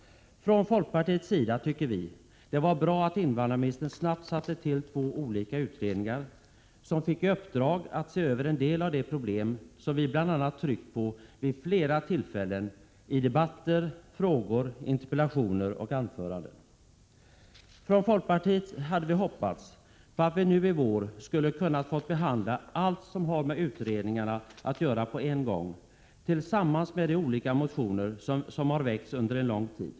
Från folkpartiets sida tycker vi att det var bra att invandrarministern snabbt tillsatte två olika utredningar, som fick i uppdrag att se över en del av de problem som vi tryckt på vid flera tillfällen i debatter, frågor, interpellationer och anföranden. Vii folkpartiet hade hoppats att vi nu i vår skulle kunnat få behandla allt som har med utredningarna att göra på en gång tillsammans med de olika motioner som har väckts under en lång tid.